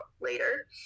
later